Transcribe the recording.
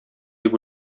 дип